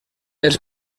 els